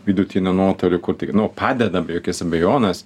vidutinio nuotolio kur tik nu padeda be jokios abejonės